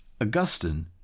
Augustine